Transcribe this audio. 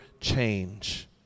change